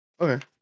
Okay